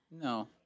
No